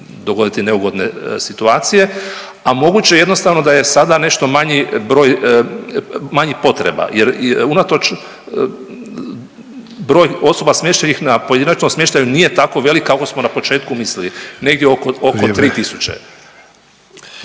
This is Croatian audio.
dogoditi neugodne situacije. A moguće je jednostavno da je sada nešto manji broj, manjih potreba. Jer unatoč broj osoba smještenih na pojedinačnom smještaju nije tako velika kako smo na početku mislili. … …/Upadica